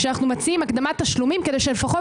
כשאנחנו מציגים הקדמת תשלומים כדי שלפחות